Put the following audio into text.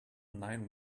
nine